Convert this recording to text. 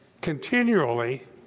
continually